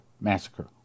massacre